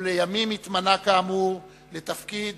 ולימים התמנה, כאמור, לתפקיד